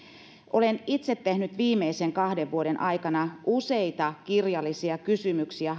olen itse tehnyt viimeisen kahden vuoden aikana hallitukselle useita kirjallisia kysymyksiä